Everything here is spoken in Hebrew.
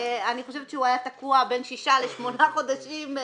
היה תקוע בין שישה לשמונה חודשים.